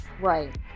right